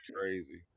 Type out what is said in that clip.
crazy